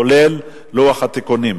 כולל לוח התיקונים.